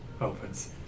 opens